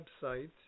website